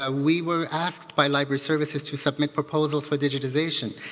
ah we were asked by library services to submit proposals for digitization.